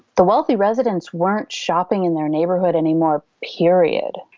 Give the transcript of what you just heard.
the wealthy residents weren't shopping in their neighborhood anymore, period.